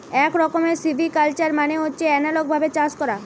এক রকমের সিভিকালচার মানে হচ্ছে এনালগ ভাবে চাষ করা